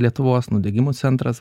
lietuvos nudegimų centras